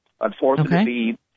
Unfortunately